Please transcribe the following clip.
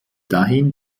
dahin